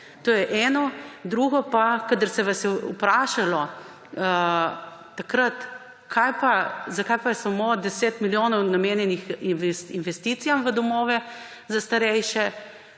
To je eno. Drugo pa, kadar se vas je vprašalo, takrat, zakaj pa je samo 10 milijonov namenjenih investicijam v domove za starejše,